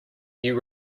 you